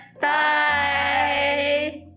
Bye